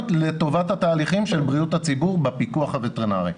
לטובת התהליכים של בריאות הציבור בפיקוח הווטרינרי.